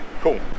Cool